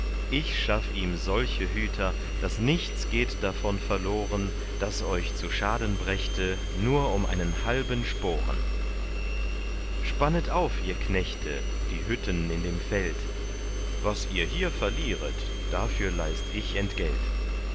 ich schaff ihm solche hüter nichts geht davon verloren das euch zu schaden brächte nur um einen halben sporen spannet auf ihr knechte die hütten in dem feld was ihr hier verlieret dafür leist ich entgelt